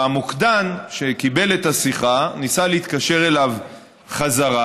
המוקדן שקיבל את השיחה ניסה להתקשר אליו חזרה.